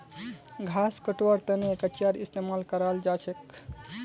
घास कटवार तने कचीयार इस्तेमाल कराल जाछेक